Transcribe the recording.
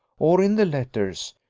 or in the letters.